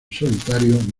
solitario